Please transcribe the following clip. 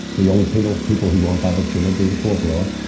the young people, people who want opportunity, they go abroad.